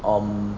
um